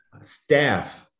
staff